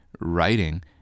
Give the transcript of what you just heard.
writing